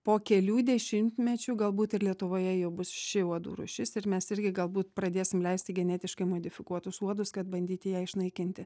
po kelių dešimtmečių galbūt ir lietuvoje jau bus ši uodų rūšis ir mes irgi galbūt pradėsim leisti genetiškai modifikuotus uodus kad bandyti ją išnaikinti